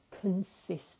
consistent